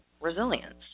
resilience